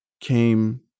came